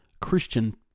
Christian